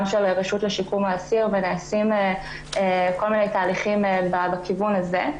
של הרשות לשיקום האסיר ונעשים כל מיני תהליכים בכיוון הזה.